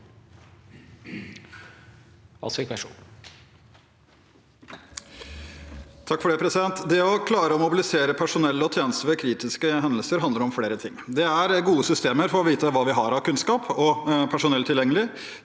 Vasvik (A) Det å klare å mobilise- re personell og tjenester ved kritiske hendelser handler om flere ting. Det er gode systemer for å vite hva vi har av kunnskap og personell tilgjengelig,